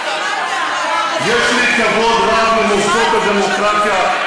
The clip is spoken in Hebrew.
יש לי כבוד רב למוסדות הדמוקרטיה.